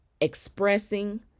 expressing